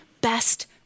best